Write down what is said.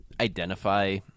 identify